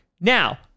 Now